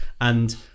And-